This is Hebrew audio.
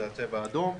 זה הצבע האדום,